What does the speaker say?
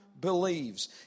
believes